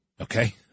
Okay